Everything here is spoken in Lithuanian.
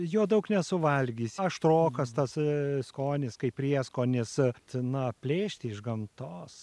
jo daug nesuvalgysi aštrokas tas skonis kaip prieskonis na plėšti iš gamtos